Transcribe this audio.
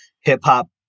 hip-hop